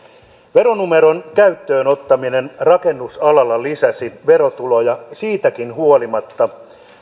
veronumeron käyttöön ottaminen rakennusalalla lisäsi verotuloja siitäkin huolimatta